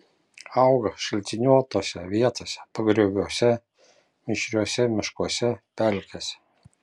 auga šaltiniuotose vietose pagrioviuose mišriuose miškuose pelkėse